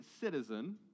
citizen